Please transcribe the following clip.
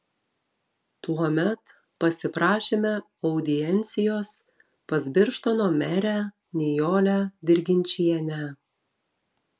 tuomet pasiprašėme audiencijos pas birštono merę nijolę dirginčienę